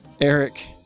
Eric